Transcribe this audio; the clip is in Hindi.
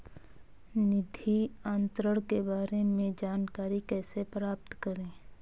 निधि अंतरण के बारे में जानकारी कैसे प्राप्त करें?